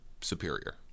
superior